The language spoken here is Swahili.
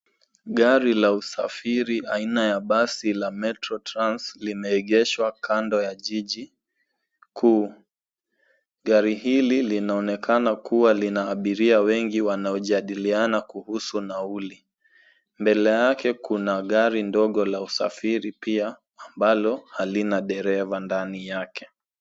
Gari la usafiri aina ya basi la Metrotrans limeegeshwa kando ya jiji kuu. Gari hili linaonekana kuwa lina abiria wengi wanaojadiliana kuhusu nauli. Mbele yake kuna gari ndogo la usafiri pia ambalo halina dereva ndani yake.